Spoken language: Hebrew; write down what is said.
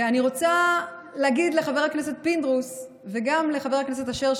ואני רוצה להגיד לחבר הכנסת פינדרוס וגם לחבר הכנסת אשר,